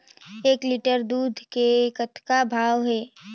एक लिटर दूध के कतका भाव हे?